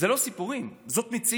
אלה לא סיפורים, זאת מציאות.